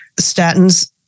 Statins